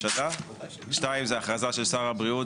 שלום לכולם.